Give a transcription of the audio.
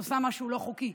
את עושה משהו לא חוקי.